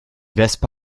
wespe